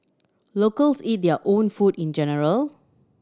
locals eat their own food in general